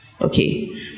okay